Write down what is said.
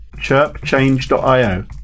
chirpchange.io